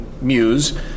muse